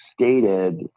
stated